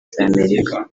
z’amerika